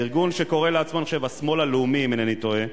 בארגון שקורא לעצמו "השמאל הלאומי" אם אינני טועה.